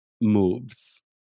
moves